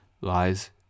lies